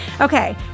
Okay